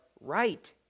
right